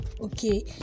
okay